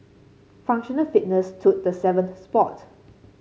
functional fitness took the seventh spot